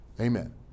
Amen